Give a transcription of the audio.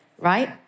right